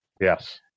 Yes